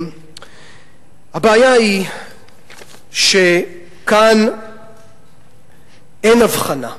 הבעיה היא שכאן אין הבחנה,